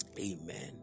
Amen